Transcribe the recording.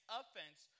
offense